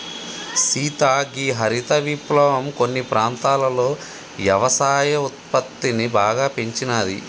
సీత గీ హరిత విప్లవం కొన్ని ప్రాంతాలలో యవసాయ ఉత్పత్తిని బాగా పెంచినాది